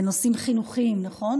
בנושאים חינוכיים, נכון?